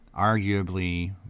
arguably